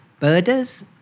Birders